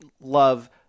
love